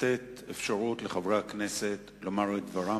לתת לחברי הכנסת אפשרות לומר את דברם,